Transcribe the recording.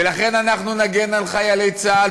ולכן אנחנו נגן על חיילי צה"ל,